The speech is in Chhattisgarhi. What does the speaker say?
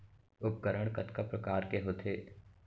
उपकरण कतका प्रकार के होथे?